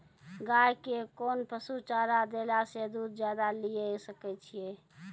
गाय के कोंन पसुचारा देला से दूध ज्यादा लिये सकय छियै?